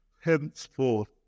henceforth